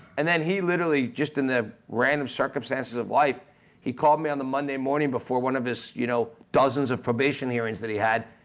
and then he literally just in the random circumstances of life he called me on the monday morning before one of his, you know, dozens of probation hearings that he had.